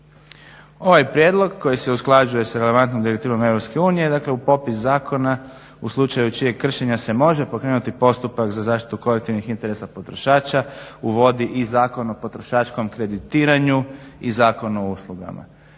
Ovaj prijedlog koji se usklađuje sa relevantnom direktivno EU, dakle u popis zakona u slučaju čijeg kršenja se može pokrenuti postupak za zaštitu kolektivnih interesa potrošača uvodi i Zakon o potrošačkom kreditiranju i Zakon o uslugama.